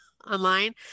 Online